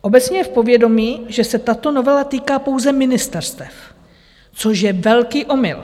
Obecně je v povědomí, že se tato novela týká pouze ministerstev, což je velký omyl.